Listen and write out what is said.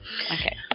Okay